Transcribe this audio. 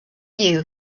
you